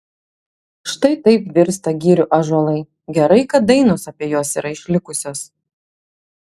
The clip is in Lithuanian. štai taip virsta girių ąžuolai gerai kad dainos apie juos yra išlikusios